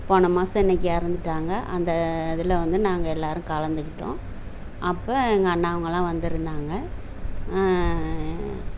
போன மாதம் இன்றைக்கி இறந்துட்டாங்க அந்த இதில் வந்து நாங்கள் எல்லோரும் கலந்துக்கிட்டோம் அப்போ எங்கள் அண்ணாங்கலாம் வந்திருந்தாங்க